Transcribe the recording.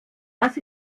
das